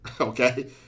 Okay